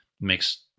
makes